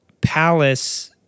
palace